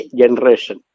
generation